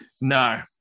No